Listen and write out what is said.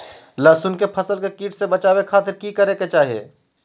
लहसुन के फसल के कीट से बचावे खातिर की करे के चाही?